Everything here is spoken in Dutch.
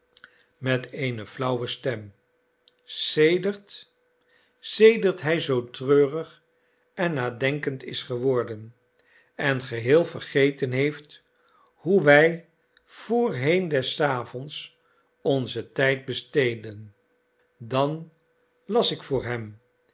met eene flauwe stem sedert sedert hij zoo treurig en nadenkend is geworden en geheel vergeten heeft hoe wij voorheen des avonds onzen tijd besteedden dan las ik voor hem